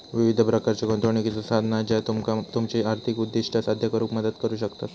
विविध प्रकारच्यो गुंतवणुकीची साधना ज्या तुमका तुमची आर्थिक उद्दिष्टा साध्य करुक मदत करू शकतत